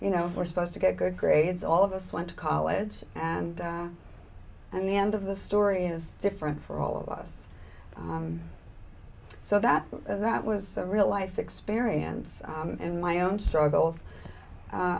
you know we're supposed to get good grades all of us went to college and then the end of the story is different for all of us so that that was a real life experience in my own struggles